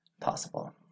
Possible